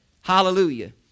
hallelujah